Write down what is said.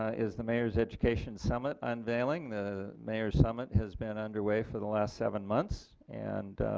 ah is the mayor's education summit unveiling. the mayors summit has been underway for the last seven months and